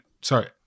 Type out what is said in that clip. Sorry